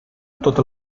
tot